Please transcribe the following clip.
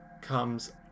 comes